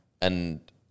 And-